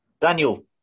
Daniel